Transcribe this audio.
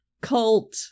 cult